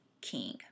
king